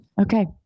Okay